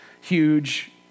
huge